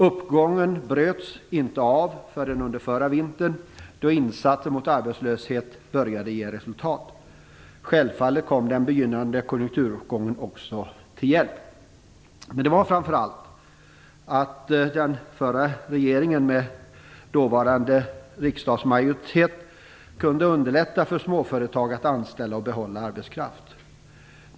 Uppgången bröts inte förrän under förra vintern, då insatser mot arbetslöshet började ge resultat. Självfallet kom den begynnande konjunkturuppgången också till hjälp. Men det var framför allt den förra regeringen, med dåvarande riksdagsmajoritet, som kunde underlätta för småföretag att anställa och behålla arbetskraft.